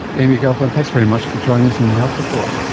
amy gelfand, thanks very much for joining us on the health report.